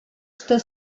что